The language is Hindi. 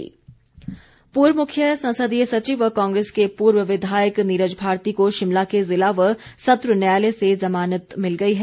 भारती जमानत पूर्व मुख्य संसदीय सचिव व कांग्रेस के पूर्व विधायक नीरज भारती को शिमला के ज़िला व सत्र न्यायालय से जुमानत मिल गई है